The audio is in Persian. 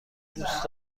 دوست